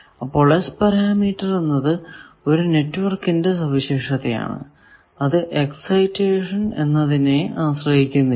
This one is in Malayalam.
അപ്പോൾ S പാരാമീറ്റർ എന്നത് ഒരു നെറ്റ്വർക്കിന്റെ സവിശേഷതയാണ് അത് എക്സൈറ്റഷൻ എന്നതിനെയും ആശ്രയിക്കുന്നില്ല